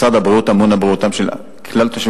משרד הבריאות אחראי לבריאותם של כלל תושבי